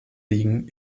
liegen